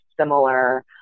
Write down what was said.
similar